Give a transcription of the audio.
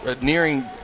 nearing